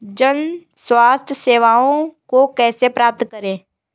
जन स्वास्थ्य सेवाओं को कैसे प्राप्त करें?